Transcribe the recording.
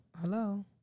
hello